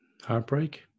Heartbreak